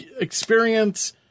experience